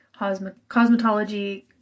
cosmetology